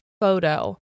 photo